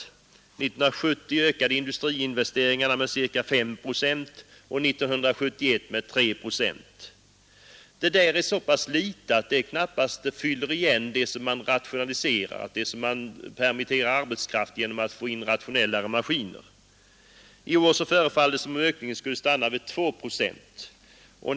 1970 ökade industriinvesteringarna med ca 5 procent och 1971 med 3 procent. Den investeringsökningen är så pass liten att den knappast fyller igen det som rationaliseras bort; det räcker inte för att bereda arbete åt den arbetskraft som permitterats på grund av att företagen får rationellare maskiner. I år förefaller det som om ökningen skulle stanna vid 2 procent.